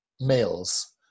males